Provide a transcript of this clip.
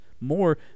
more